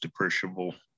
depreciable